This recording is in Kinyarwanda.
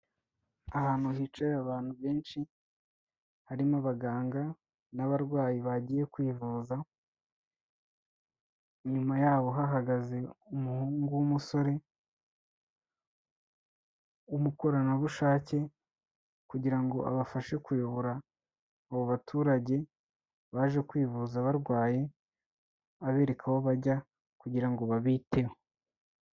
Ahantu hicaye abantu benshi harimo abaganga n'abarwayi bagiye kwivuza, inyuma yaho hahagaze umuhungu w'umusore w'umukoranabushake kugira ngo abafashe kuyobora abo baturage, baje kwivuza barwaye abereka aho bajya kugira ngo babiteho.